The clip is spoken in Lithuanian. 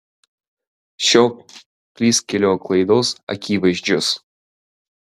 šio klystkelio klaidos akivaizdžios